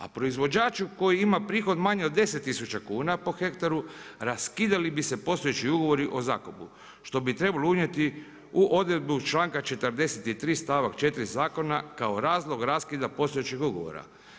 A proizvođač koji ima prihod manji od 10 tisuća kuna po hektaru raskidali bi se postojeći ugovori o zakupu što bi trebalo unijeti u odredbu članka 43. stavak 4. zakona kao razlog raskida postojećeg ugovora.